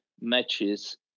matches